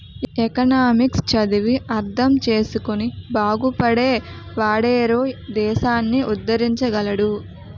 economics చదివి అర్థం చేసుకుని బాగుపడే వాడేరోయ్ దేశాన్ని ఉద్దరించగలడు